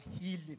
healing